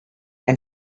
and